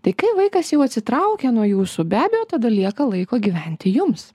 tai kai vaikas jau atsitraukia nuo jūsų be abejo tada lieka laiko gyventi jums